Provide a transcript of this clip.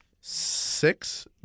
six